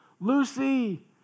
Lucy